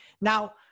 Now